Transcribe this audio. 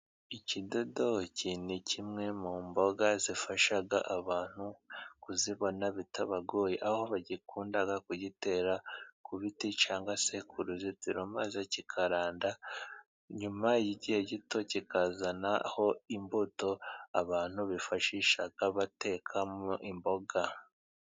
Ikidodoki ni kimwe mu mboga zifasha abantu kuzibona bitabagoye, aho bakunda kugitera ku biti cyangwa se ku ruzitiro maze kikaranda, nyuma y'igihe gito kikazanaho imbuto abantu bifashisha batekamo imboga.